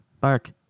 bark